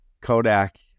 Kodak